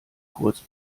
kurz